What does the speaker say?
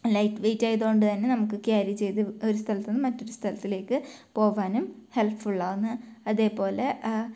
light weight ആയതുകൊണ്ട് തന്നെ നമുക്ക് ക്യാരി ചെയ്ത് ഒരു സ്ഥലത്ത് നിന്നും മറ്റൊരു സ്ഥലത്തിലേക്ക് പോവാനും ഹെല്പ്ഫുള്ളാണ് അതേപോലെ